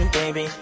baby